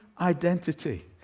identity